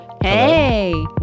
Hey